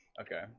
Okay